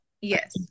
Yes